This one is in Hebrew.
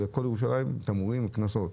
אלא כל ירושלים תמרורים וקנסות.